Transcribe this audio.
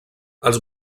els